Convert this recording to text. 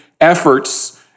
efforts